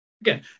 Again